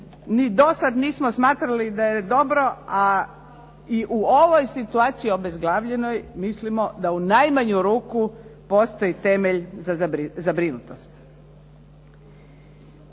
ni do sad nismo smatrali da je dobro, a i u ovoj situaciji obezglavljenoj mislimo da u najmanju ruku postoji temelj za zabrinutost.